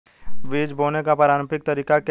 बीज बोने का पारंपरिक तरीका क्या है?